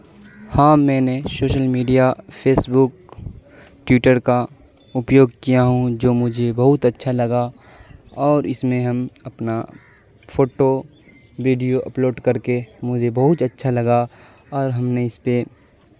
ہاں میں نے social media Facebook Twitter کا اپیوگ کیا ہوں جو مجھے بہت اچھا لگا اور اس میں ہم اپنا فوٹو ویڈیو اپلوڈ کر کے مجھے بہت اچھا لگا اور ہم نے اس پہ